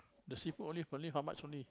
the seafood only only how much only